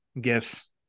gifts